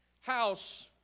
house